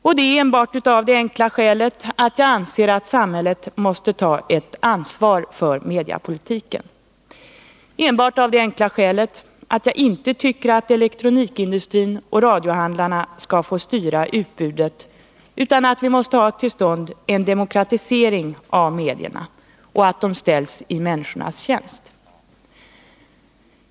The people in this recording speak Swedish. Och detta enbart av det enkla skälet att jag anser att samhället måste ta ett ansvar för mediapolitiken, enbart av det enkla skälet att jag inte tycker att elektronikindustrin och radiohandlarna skall få styra utbudet, utan att vi måste ha till stånd en demokratisering av medierna och att de skall ställas i människornas tjänst.